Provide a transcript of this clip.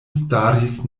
staris